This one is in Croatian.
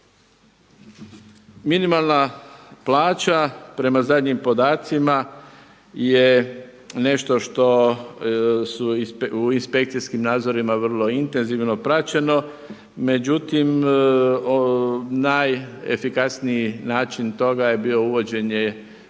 Minimalna plaća prema zadnjim podacima je nešto što su u inspekcijskim nadzorima vrlo intenzivno praćeno. Međutim, najefikasniji način toga je bilo uvođenje